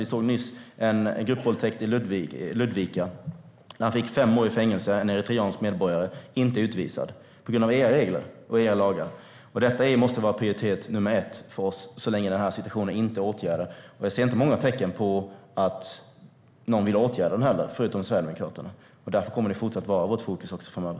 Vi såg nyss att en eritreansk medborgare fick fem års fängelse för en gruppvåldtäkt i Ludvika. Han blev inte utvisad på grund av era regler och lagar. Detta måste vara prioritet ett för oss så länge den här situationen inte är åtgärdad. Jag ser inte många tecken på att någon vill åtgärda den, förutom Sverigedemokraterna. Därför kommer det att vara vårt fokus också framöver.